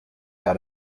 out